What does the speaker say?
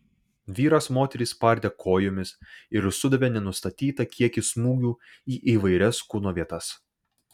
vyras moterį spardė kojomis ir sudavė nenustatytą kiekį smūgių į įvairias kūno vietas